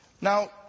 Now